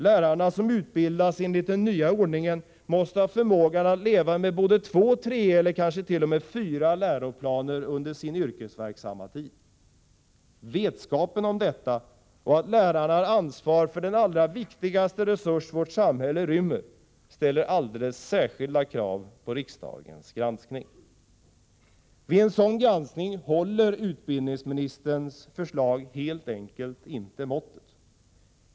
Lärarna som utbildas enligt den nya ordningen måste har förmågan att leva med både två, tre eller kanske t.o.m. fyra läroplaner under sin yrkesverksamma tid. Vetskapen om detta och att lärarna har ansvar för den allra viktigaste resurs vårt samhälle rymmer ställer alldeles särskilda krav på riksdagens granskning. Vid en sådan granskning håller utbildningsministerns förslag helt enkelt inte måttet.